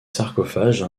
sarcophages